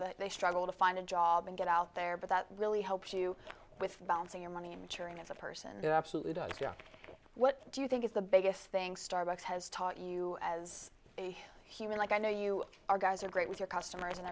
that they struggle to find a job and get out there but that really helps you with balancing your money maturing as a person that absolutely does what do you think is the biggest thing starbucks has taught you as a human like i know you are guys are great with your customers and